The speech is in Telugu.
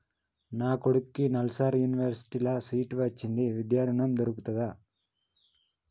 నా కొడుకుకి నల్సార్ యూనివర్సిటీ ల సీట్ వచ్చింది విద్య ఋణం దొర్కుతదా?